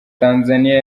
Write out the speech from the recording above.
tanzaniya